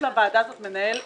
לוועדה הזאת יש מנהל אדיר,